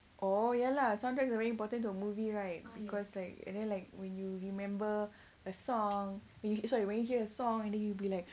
orh ya lah soundtracks are very important to a movie right because like and then like when you remember a song maybe sorry when you hear a song and then you'll be like oh he most pair